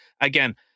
Again